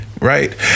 right